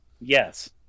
Yes